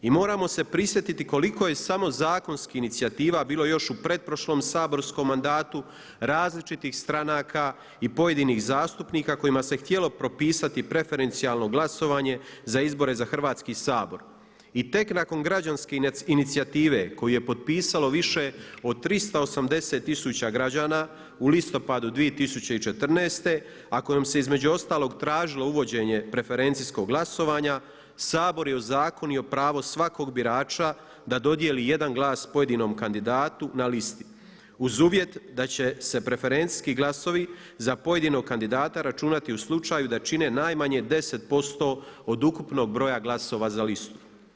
I moramo se prisjetiti koliko je samo zakonskih inicijativa bilo još u pretprošlom saborskom mandatu različitih stranaka i pojedinih zastupnika kojima se htjelo propisati preferencijalno glasovanje za izbore za Hrvatski sabor i tek nakon građanske inicijative koju je potpisalo više od 380 tisuća građana u listopadu 2014. a kojom se između ostalog tražilo uvođenje preferencijskog glasovanja, Sabor je ozakonio pravo svakog birača da dodijeli jedan glas pojedinom kandidatu na listi uz uvjet da će se preferencijski glasovi za pojedinog kandidata računati u slučaju da čine najmanje 10% od ukupnog broja glasova za listu.